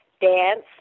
dance